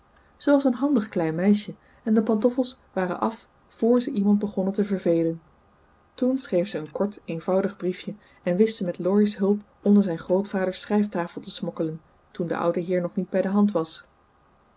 was een handig klein meisje en de pantoffels waren af voor ze iemand begonnen te vervelen toen schreef ze een kort eenvoudig briefje en wist ze met laurie's hulp onder zijn grootvaders schrijftafel te smokkelen toen de oude heer nog niet bij de hand was